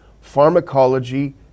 pharmacology